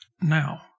Now